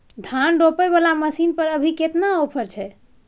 धान रोपय वाला मसीन पर अभी केतना ऑफर छै?